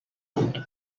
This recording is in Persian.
بود